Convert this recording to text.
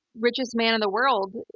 richest man in the world,